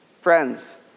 Friends